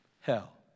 hell